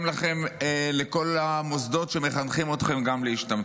עליכם לכל המוסדות שמחנכים אתכם גם להשתמטות.